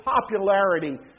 popularity